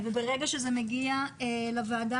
ברגע שזה מגיע לוועדה,